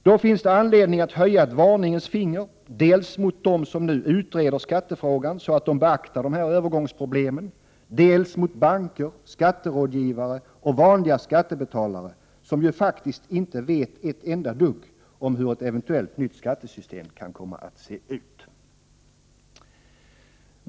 Då finns det anledning att höja ett varningens finger dels mot dem som nu utreder skattefrågan, så att de beaktar dessa övergångsproblem, dels mot banker, skatterådgivare och vanliga skattebetalare, som ju faktiskt inte vet ett enda dugg om hur ett eventuellt nytt skattesystem kan komma att se ut.